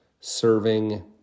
serving